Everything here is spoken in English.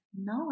No